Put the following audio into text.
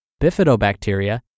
bifidobacteria